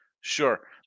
Sure